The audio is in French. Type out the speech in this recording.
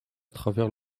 travers